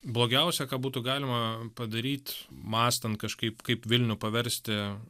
blogiausia ką būtų galima padaryt mąstant kažkaip kaip vilnių paversti